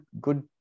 good